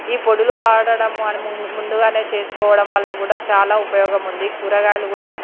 ఈ పొడులు వాడడం అని ముం ముందుగానే చేసుకోవడం వల్ల కూడా చాలా ఉపయోగం ఉంది కూరగాయలు కూడా